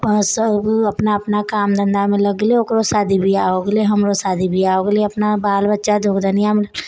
पाँच साल हो गेलै सब अपना अपना काम धन्धामे लग गेलै ओकरो शादी बिआह हो गेलै हमरो शादी बिआह हो गेलै अपना बाल बच्चा दुःख दुनिआमे